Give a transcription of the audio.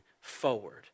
forward